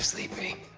sleeping.